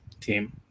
team